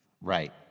Right